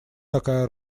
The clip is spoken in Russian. такая